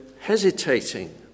hesitating